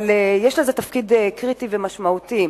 אבל יש לזה תפקיד קריטי ומשמעותי.